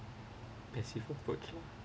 passive of working